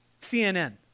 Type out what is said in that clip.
CNN